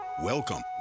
Welcome